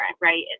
right